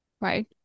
right